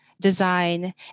design